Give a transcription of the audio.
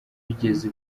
bigeza